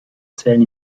zählen